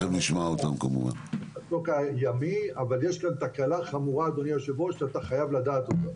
אבל יש כאן תקלה חמורה אדוני היו"ר ואתה חייב לדעת אותה.